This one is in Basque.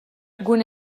gune